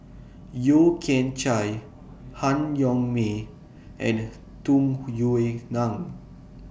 Yeo Kian Chye Han Yong May and Tung Yue Nang